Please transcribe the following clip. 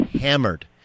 hammered